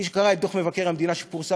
מי שקרא את דוח מבקר המדינה שפורסם